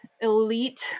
elite